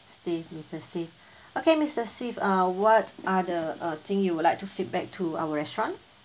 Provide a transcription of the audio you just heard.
steve mister steve okay mister steve uh what are the uh thing you would like to feedback to our restaurant